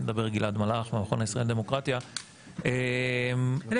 אני